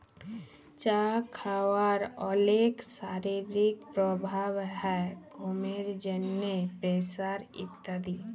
চা খাওয়ার অলেক শারীরিক প্রভাব হ্যয় ঘুমের জন্হে, প্রেসার ইত্যাদি